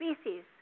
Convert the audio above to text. species